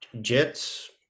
jets